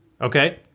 Okay